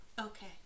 Okay